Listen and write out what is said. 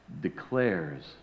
declares